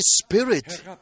Spirit